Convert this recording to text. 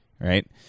right